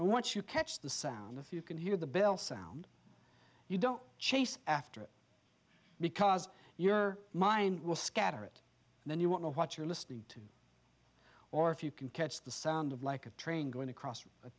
and once you catch the sound if you can hear the bell sound you don't chase after it because your mind will scatter it and then you want to what you're listening to or if you can catch the sound of like a train going across a